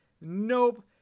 Nope